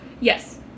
Yes